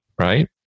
Right